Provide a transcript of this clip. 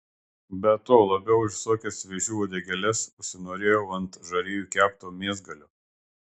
be to labiau už visokias vėžių uodegėles užsinorėjau ant žarijų kepto mėsgalio